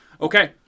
Okay